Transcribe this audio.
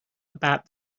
about